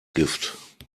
gift